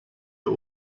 der